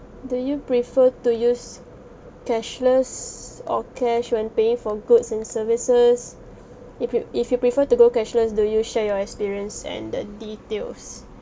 do you prefer to use cashless or cash when paying for goods and services if you if you prefer to go cashless do you share your experience and the details